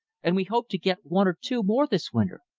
and we hope to get one or two more this winter.